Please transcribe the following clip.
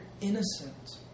innocent